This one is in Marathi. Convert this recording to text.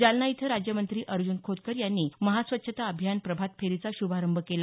जालना इथं राज्यमंत्री अर्जुन खोतकर यांनी महास्वच्छता अभियान प्रभात फेरीचा शुभारंभ केला